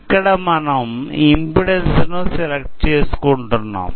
ఇక్కడ మనం ఇంపిడెన్స్ ను సెలెక్ట్ చేసుకుంటున్నాం